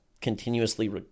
continuously